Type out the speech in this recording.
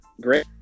Great